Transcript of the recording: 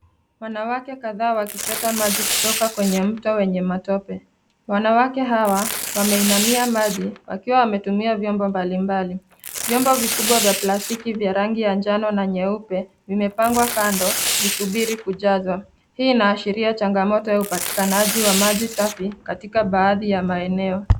Wanawake kadhaa wakichota maji kutoka kwenye mto wenye matope. Wanawake hawa wameinamia maji wakiwa wametumia vyombo mbalimbali. Vyombo vikubwa vya plastiki vya rangi ya njano na nyeupe vimepangwa kando visubiri kujazwa. Hii inaashiria chanagamoto ya upatikanaji wa maji safi katika baadhi ya maeneo.